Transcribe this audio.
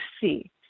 see